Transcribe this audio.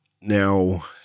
now